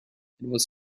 was